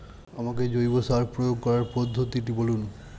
আমাকে জৈব সার প্রয়োগ করার পদ্ধতিটি বলুন?